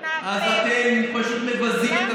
אז אתם פשוט מבזים את עצמכם.